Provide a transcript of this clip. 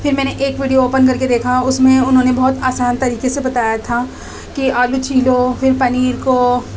پھر میں نے ایک ویڈیو اوپن کر کے دیکھا اس میں انہوں نے بہت آسان طریقے سے بتایا تھا کہ آلو چھیلو پھر پنیر کو